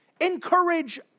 encourage